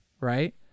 right